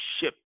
ship